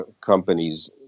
companies